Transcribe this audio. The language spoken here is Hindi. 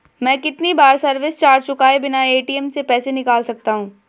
मैं कितनी बार सर्विस चार्ज चुकाए बिना ए.टी.एम से पैसे निकाल सकता हूं?